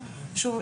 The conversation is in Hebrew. שוב,